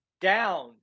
down